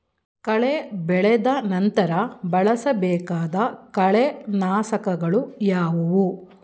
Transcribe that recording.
ಕಳೆ ಬೆಳೆದ ನಂತರ ಬಳಸಬೇಕಾದ ಕಳೆನಾಶಕಗಳು ಯಾವುವು?